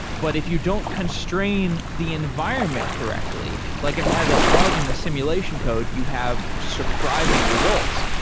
but if you don't constrain the environment correctly, like if it has a bug in the simulation code, you have surprising results.